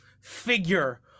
figure